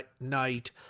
night